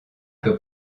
que